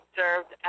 served